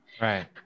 Right